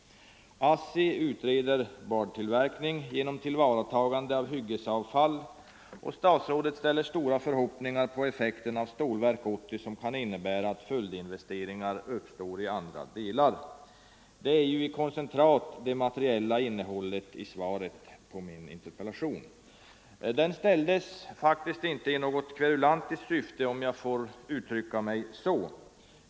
ASSI utreder boardtillverkning genom tillvaratagande av hyggesavfall, och statsrådet ställer stora förhoppningar på effekten av Stålverk 80 som kan innebära att följdinvesteringar uppstår i andra delar av området. Det är i koncentrat det materiella innehållet i svaret på min interpellation. Interpellationen ställdes faktiskt inte i något kverulantiskt syfte om jag får uttrycka mig så.